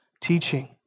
teaching